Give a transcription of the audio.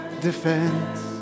defense